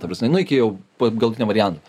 ta prasme nu iki jau pat galutinio varianto